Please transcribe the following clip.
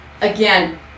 again